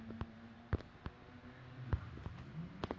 fun fun experience for me I really love football also